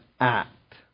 act